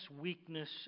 weakness